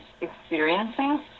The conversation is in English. experiencing